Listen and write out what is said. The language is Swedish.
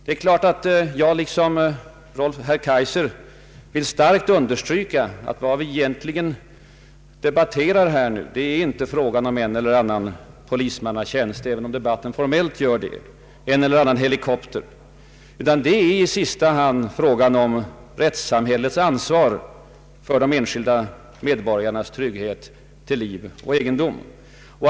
I likhet med herr Kaijser vill jag alltså starkt understryka att vad vi egentligen här debatterar inte är frågan om en eller annan polismannatjänst eller en eller annan helikopter — även om debatten formellt gäller sådana frågor — utan i sista hand frågan om rättssamhällets ansvar för de enskilda medborgarnas trygghet till liv och egendom.